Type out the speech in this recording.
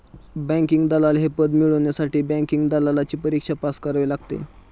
banking दलाल हे पद मिळवण्यासाठी बँकिंग दलालची परीक्षा पास करावी लागते